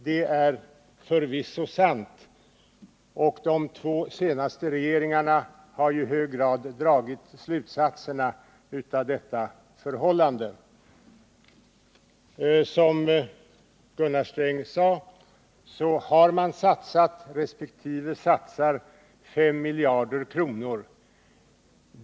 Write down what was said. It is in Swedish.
Detta är förvisso sant, och de två senaste regeringarna har i hög grad dragit slutsatserna av detta förhållande. Som Gunnar Sträng vidare sade har man satsat resp. satsar 5 miljarder kronor.